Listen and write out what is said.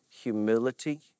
humility